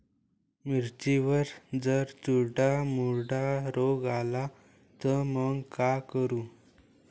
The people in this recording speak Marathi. मिर्चीवर जर चुर्डा मुर्डा रोग आला त मंग का करू?